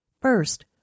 First